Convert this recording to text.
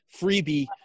freebie